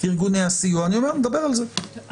הוא חייב גם ליידע אותו בדבר זה שיש לו את הזכות